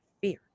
fear